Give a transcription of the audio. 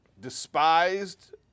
despised